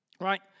right